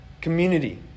community